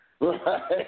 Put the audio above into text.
Right